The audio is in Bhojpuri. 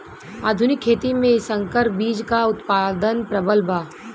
आधुनिक खेती में संकर बीज क उतपादन प्रबल बा